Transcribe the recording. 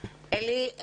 אלי,